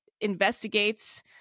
investigates